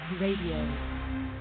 Radio